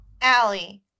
Allie